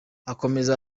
akomeza